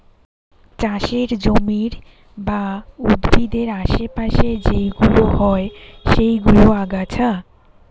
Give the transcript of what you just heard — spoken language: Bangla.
চাষের জমির বা উদ্ভিদের আশে পাশে যেইগুলো হয় সেইগুলো আগাছা